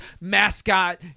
mascot